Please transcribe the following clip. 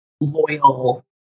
loyal